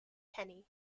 penny